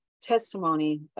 testimony